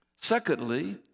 Secondly